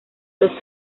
los